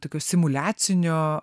tokio simuliacinio